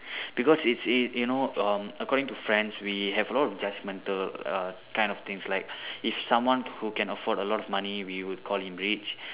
because it's it you know um according to friends we have a lot of judgemental err kind of things like if someone who can afford a lot of money we would call him rich